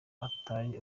atari